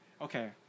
okay